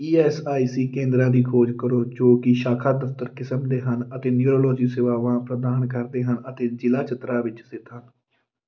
E S I C ਕੇਂਦਰਾਂ ਦੀ ਖੋਜ ਕਰੋ ਜੋ ਕਿ ਸ਼ਾਖਾ ਦਫ਼ਤਰ ਕਿਸਮ ਦੇ ਹਨ ਅਤੇ ਨਿਊਰੋਲੋਜੀ ਸੇਵਾਵਾਂ ਪ੍ਰਦਾਨ ਕਰਦੇ ਹਨ ਅਤੇ ਜ਼ਿਲ੍ਹੇ ਚਤਰਾ ਵਿੱਚ ਸਥਿਤ ਹਨ